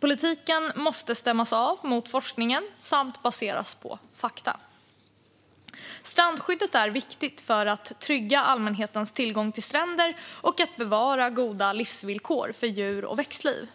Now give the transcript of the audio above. Politiken måste stämmas av mot forskningen och baseras på fakta. Strandskyddet är viktigt för att trygga allmänhetens tillgång till stränder och att bevara goda livsvillkor för djur och växtliv.